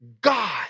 God